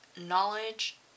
knowledge